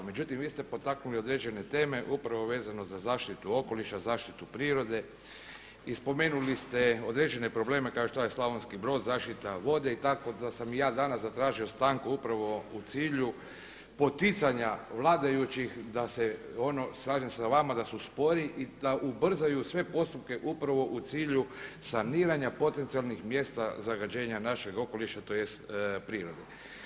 Međutim, vi ste potaknuli određene teme upravo vezano za zaštitu okoliša, zaštitu prirode i spomenuli ste određene probleme kao što je Slavonski Brod, zaštita vode i tako da sam i ja danas zatražio stanku upravo u cilju poticanja vladajućih da se ono slažem sa vama da su spori i da ubrzaju sve postupke upravo u cilju saniranja potencijalnih mjesta zagađenja našeg okoliša, tj. prirode.